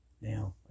Now